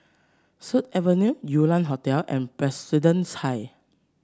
Sut Avenue Yew Lian Hotel and Presbyterian High